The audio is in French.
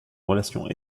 relation